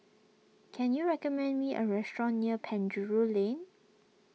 can you recommend me a restaurant near Penjuru Lane